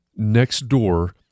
Nextdoor